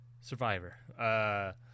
Survivor